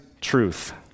truth